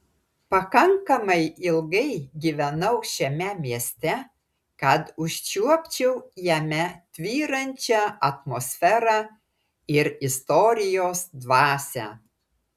pakankamai ilgai gyvenau šiame mieste kad užčiuopčiau jame tvyrančią atmosferą ir istorijos dvasią